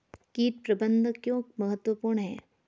कीट प्रबंधन क्यों महत्वपूर्ण है?